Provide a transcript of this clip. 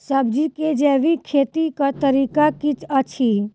सब्जी केँ जैविक खेती कऽ तरीका की अछि?